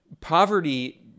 poverty